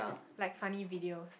like funny video